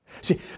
See